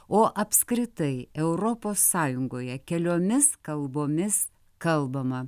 o apskritai europos sąjungoje keliomis kalbomis kalbama